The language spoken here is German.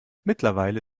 mittlerweile